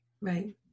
Right